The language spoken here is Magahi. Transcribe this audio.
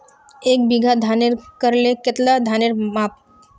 एक बीघा धानेर करले कतला धानेर पाम?